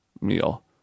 meal